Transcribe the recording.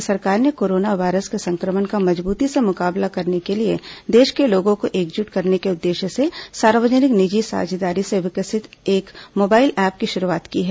केन्द्र सरकार ने कोरोना वायरस के संक्रमण का मजबूती से मुकाबला करने के लिए देश के लोगों को एकजुट करने के उद्देश्य से सार्वजनिक निजी साझेदारी से विकसित एक मोबाइल ऐप की शुरूआत की है